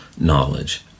knowledge